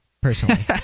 personally